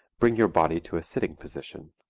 bring your body to a sitting position.